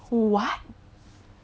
what